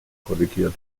korrigiert